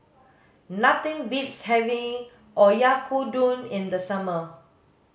nothing beats having Oyakodon in the summer